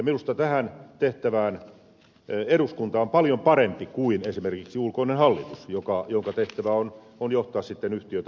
minusta tähän tehtävään eduskunta on paljon parempi kuin esimerkiksi ulkoinen hallitus jonka tehtävä on johtaa sitten yhtiötä operatiivisella tasolla